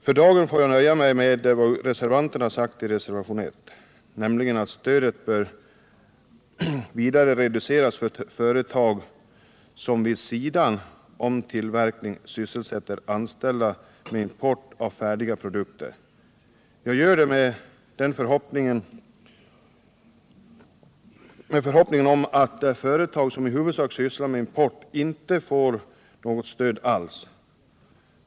För dagen får jag nöja mig med att understryka vad reservanterna sagt i reservationen 1, nämligen att stödet bör reduceras för företag som vid sidan om tillverkning sysselsätter anställda med import av färdiga produkter. Jag gör det i förhoppningen att företag som i huvudsak sysslar med import då inte skall få något stöd alls.